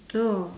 oh